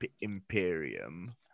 Imperium